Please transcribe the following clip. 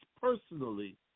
personally